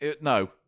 No